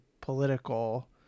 political